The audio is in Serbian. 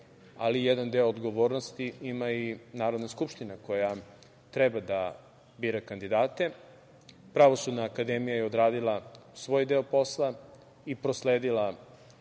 ali jedan deo odgovornosti ima i Narodna skupština koja treba da bira kandidate. Pravosudna akademija je odradila svoj deo posla i prosledila